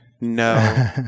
No